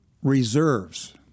Reserves